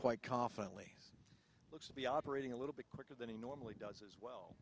quite confidently looks to be operating a little bit quicker than he normally does as well